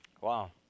Wow